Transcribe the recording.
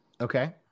Okay